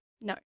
No